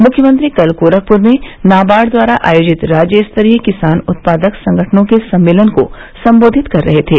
मुख्यमंत्री कल गोरखपुर में नाबार्ड द्वारा आयोजित राज्य स्तरीय किसान उत्पादक संगठनों के सम्मेलन को संबोधित कर रहे थे